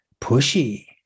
pushy